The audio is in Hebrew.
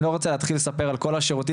אני לא רוצה להתחיל לספר על כל השירותים